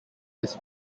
his